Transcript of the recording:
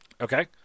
Okay